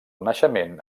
naixement